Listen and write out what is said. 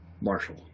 Marshall